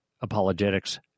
Apologetics